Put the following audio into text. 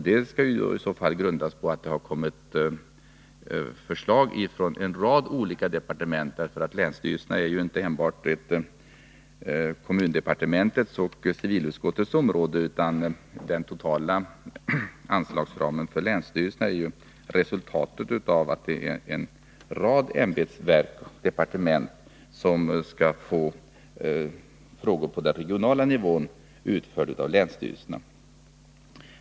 Detta måste i så fall grundas på att det framförts förslag från en rad olika departement. Länsstyrelserna behandlar ju inte enbart frågor som hör till kommundepartementets och civilutskottets område, utan den totala anslagsramen för länsstyrelserna är resultatet av att en rad ämbetsverk och departement skall få frågor på den regionala nivån handlagda av länsstyrelserna.